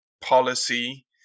policy